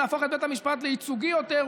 ונהפוך את בית המשפט לייצוגי יותר,